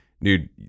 dude